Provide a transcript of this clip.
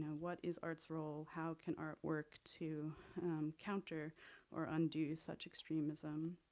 what is art's role? how can art work to counter or undo such extremism?